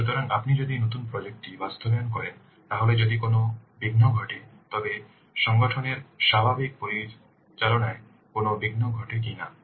সুতরাং আপনি যদি নতুন প্রজেক্ট টি বাস্তবায়ন করেন তাহলে যদি কোনও বিঘ্ন ঘটে তবে সংগঠনের স্বাভাবিক পরিচালনায় কোনও বিঘ্ন ঘটবে কিনা